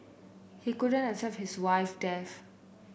he couldn't accept his wife death